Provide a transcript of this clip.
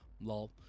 Lol